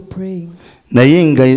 praying